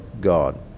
God